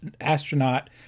astronaut